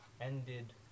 ended